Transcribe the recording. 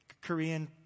Korean